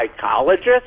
psychologist